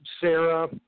Sarah